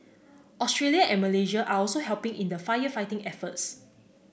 Australia and Malaysia are also helping in the firefighting efforts